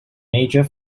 major